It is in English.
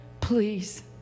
Please